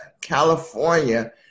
California